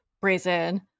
brazen